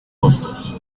costos